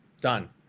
done